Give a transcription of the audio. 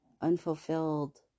unfulfilled